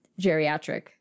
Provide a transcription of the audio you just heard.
geriatric